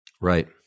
Right